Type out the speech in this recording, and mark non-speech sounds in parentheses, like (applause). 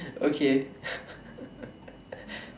okay (laughs)